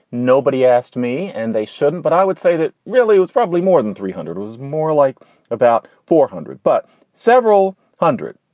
nobody asked me and they shouldn't. but i would say that really was probably more than three hundred was more like about four hundred. but several hundred.